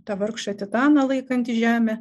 tą vargšą titaną laikantį žemę